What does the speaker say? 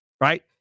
right